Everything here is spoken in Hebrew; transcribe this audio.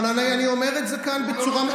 אבל אני אומר את זה כאן בצורה,